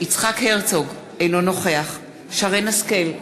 יצחק הרצוג, אינו נוכח שרן השכל,